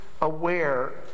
aware